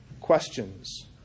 questions